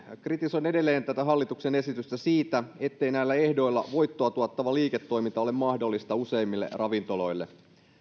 kritisoin edelleen tätä hallituksen esitystä siitä ettei näillä ehdoilla voittoa tuottava liiketoiminta ole mahdollista useimmille ravintoloille